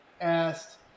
asked